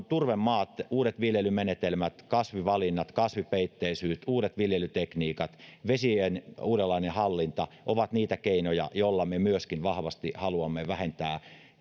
turvemaat uudet viljelymenetelmät kasvivalinnat kasvipeitteisyys uudet viljelytekniikat vesien uudenlainen hallinta ovat niitä keinoja joilla me myöskin vahvasti haluamme vähentää